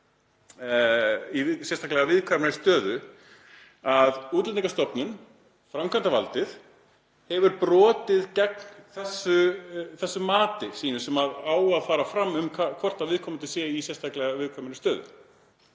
í sérstaklega viðkvæmri stöðu, að Útlendingastofnun, framkvæmdarvaldið, hefur brotið gegn þessu mati sínu sem á að fara fram um hvort viðkomandi sé í sérstaklega viðkvæmri stöðu.